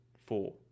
four